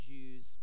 Jews